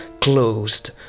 closed